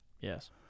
Yes